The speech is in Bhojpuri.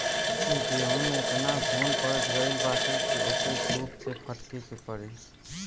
गेंहू में एतना घुन पड़ गईल बाटे की ओके सूप से फटके के पड़ी